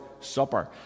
Supper